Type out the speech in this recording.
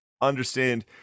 understand